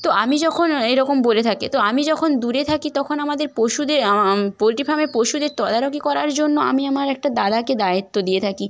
তো আমি যখন এরকম বলে থাকে তো আমি যখন দূরে থাকি তখন আমাদের পশুদের পোলট্রি ফার্মে পশুদের তদারকি করার জন্য আমি আমার একটা দাদাকে দায়িত্ব দিয়ে থাকি